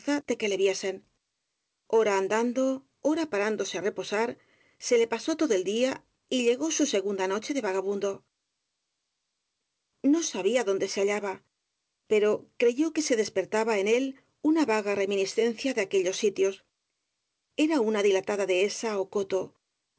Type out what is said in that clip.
de que le viesen ora andando ora parándose á reposar se le pa só todo el día y llegó su segunda noche de vaga bundo no sabía dónde se hallaba pero creyó que se despertaba en él una vaga reminiscencia de aquello s sitios era una dilatada dehesa ó coto